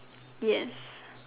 yes